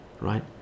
right